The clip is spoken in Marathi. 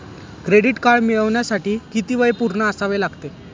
क्रेडिट कार्ड मिळवण्यासाठी किती वय पूर्ण असावे लागते?